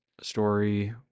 story